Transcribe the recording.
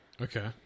Okay